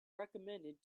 recommended